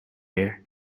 air